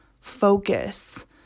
focus